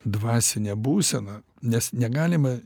dvasinę būseną nes negalima